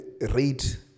rate